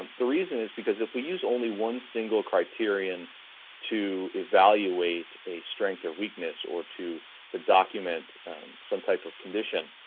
the reason is because if we use only one single criterion to evaluate a strength or weakness or to to document some type of condition,